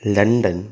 London